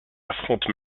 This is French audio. affronte